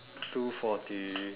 two forty